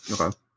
Okay